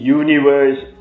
universe